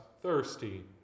thirsty